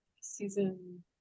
season